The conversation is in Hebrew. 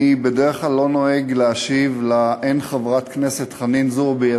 אני בדרך כלל לא נוהג להשיב לאין חברת כנסת חנין זועבי,